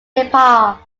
nepal